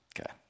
okay